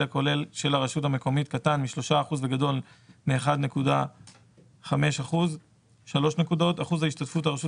הכולל של הרשות המקומית קטן מ-3% וגדול מ-1.5% 3 % השתתפות הרשות